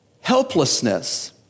Helplessness